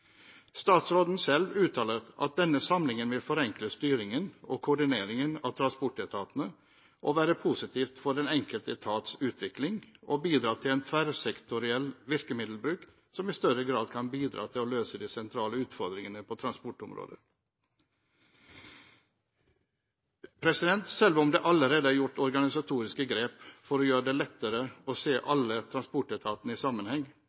Statsråden selv uttaler at denne samlingen vil forenkle styringen og koordineringen av transportetatene og være positivt for den enkelte etats utvikling og bidra til en tverrsektoriell virkemiddelbruk, som i større grad kan bidra til å løse de sentrale utfordringene på transportområdet. Selv om det allerede er gjort organisatoriske grep for å gjøre det lettere å se alle transportetatene i sammenheng,